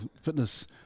fitness